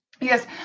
Yes